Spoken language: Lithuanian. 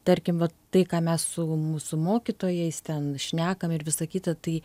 tarkim vat tai ką mes su mūsų mokytojais ten šnekam ir visa kita tai